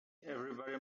everybody